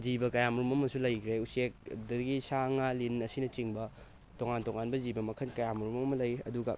ꯖꯤꯕ ꯀꯌꯥ ꯃꯔꯨꯝ ꯑꯃꯁꯨ ꯂꯩꯈ꯭ꯔꯦ ꯎꯆꯦꯛ ꯑꯗꯒꯤ ꯁꯥ ꯉꯥ ꯂꯤꯟ ꯑꯁꯤꯅꯆꯤꯡꯕ ꯇꯣꯉꯥꯟ ꯇꯣꯉꯥꯟꯕ ꯖꯤꯕ ꯃꯈꯟ ꯀꯌꯥ ꯃꯔꯨꯝ ꯑꯃ ꯂꯩ ꯑꯗꯨꯒ